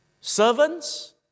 servants